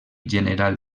general